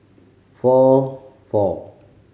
four four